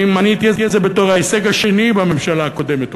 אני מניתי את זה בתור ההישג השני בממשלה הקודמת,